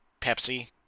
Pepsi